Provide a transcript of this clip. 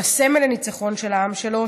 הוא הסמל לניצחון של העם שלנו,